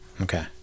Okay